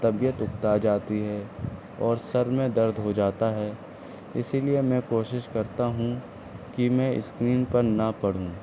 طبیعت اکتا جاتی ہے اور سر میں درد ہو جاتا ہے اسی لیے میں کوشش کرتا ہوں کہ میں اسکرین پر نہ پڑھوں